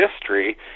history